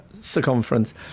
circumference